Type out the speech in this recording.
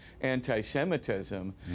anti-semitism